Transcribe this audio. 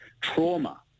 trauma